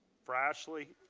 for ashley,